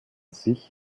sich